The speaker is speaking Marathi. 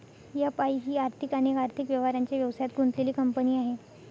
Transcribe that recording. एफ.आई ही आर्थिक आणि आर्थिक व्यवहारांच्या व्यवसायात गुंतलेली कंपनी आहे